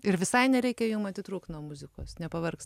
ir visai nereikia jum atitrūkt nuo muzikos nepavargs